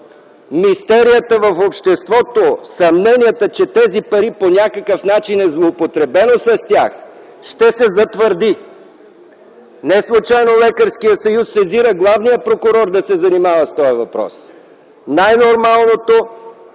мистерията в обществото, съмненията, че с тези пари по някакъв начин е злоупотребено, ще се затвърдят. Неслучайно Лекарският съюз сезира главния прокурор да се занимава с този въпрос. Най-нормалното,